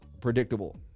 predictable